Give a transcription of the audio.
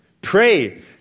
Pray